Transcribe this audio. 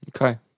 Okay